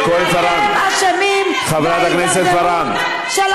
המשטרה היא שעוברת על